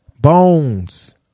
bones